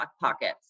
pockets